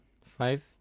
five